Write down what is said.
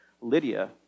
Lydia